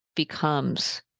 becomes